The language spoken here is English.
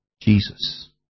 Jesus